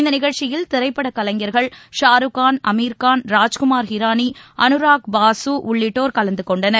இந்த நிகழ்ச்சியில் திரைப்பட கலைஞர்கள் ஷாருக்கான் அமீர்கான் ராஜ்குமார் ஹிரானி அனுராக் பாசு கங்கனா ரானாவத் உள்ளிட்டோர் கலந்து கொண்டனர்